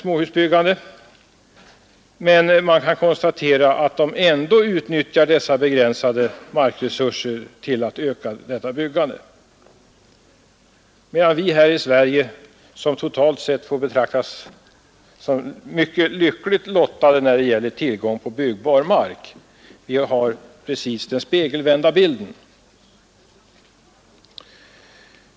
Ändå kan man konstatera att de utnyttjar dessa begränsade markresurser till att öka småhusbyggandet, medan vi i Sverige, som totalt sett får betraktas som mycket lyckligt lottade när det gäller tillgång på byggbar mark, har precis den spegelvända bilden.